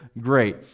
great